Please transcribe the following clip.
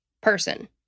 person